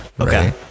Okay